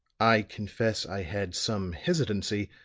i confess i had some hesitancy,